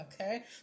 Okay